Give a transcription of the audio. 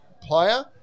Player